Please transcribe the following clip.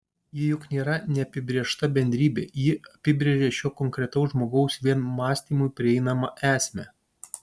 ji juk nėra neapibrėžta bendrybė ji apibrėžia šio konkretaus žmogaus vien mąstymui prieinamą esmę